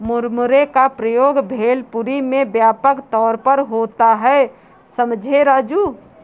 मुरमुरे का प्रयोग भेलपुरी में व्यापक तौर पर होता है समझे राजू